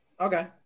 Okay